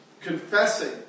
confessing